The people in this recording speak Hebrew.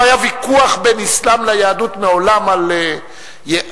לא היה ויכוח בין האסלאם ליהדות מעולם על הקשר